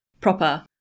proper